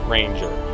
Ranger